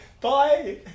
Bye